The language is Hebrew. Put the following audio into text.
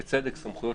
בצדק, סמכויות